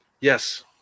Yes